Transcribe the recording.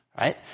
right